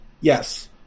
Yes